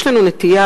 יש לנו נטייה,